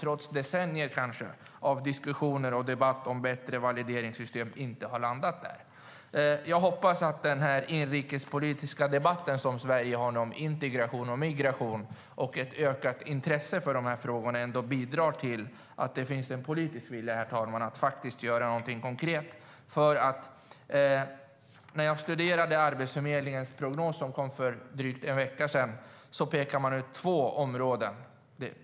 Efter decennier av diskussioner och debatt om ett bättre valideringssystem har vi fortfarande inte landat där. När jag studerade Arbetsförmedlingens prognos som kom för drygt en vecka sedan pekade man ut två områden.